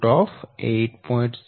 6 છે